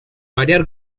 variar